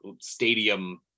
stadium